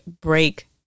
break